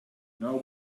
know